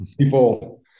people